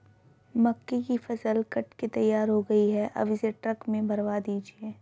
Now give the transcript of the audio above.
मक्के की फसल कट के तैयार हो गई है अब इसे ट्रक में भरवा दीजिए